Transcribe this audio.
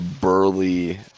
burly